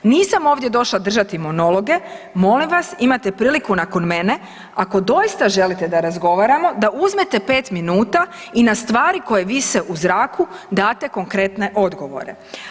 Nisam ovdje došla držati monologe, molim vas imate priliku nakon mene ako doista želite da razgovaramo da uzmete 5 minuta i na stvari koje vise u zraku date konkretne odgovore.